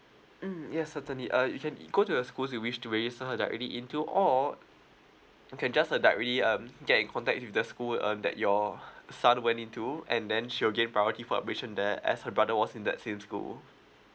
mm ya certainly uh you can go to the schools you wish to raise her directly into or you can just uh directly um get in contact with the school uh that your son went into and then she will give priority our information there as a brother was in that same school